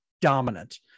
dominant